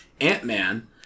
Ant-Man